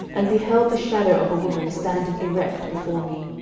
and beheld the shadow of a woman standing erect before me.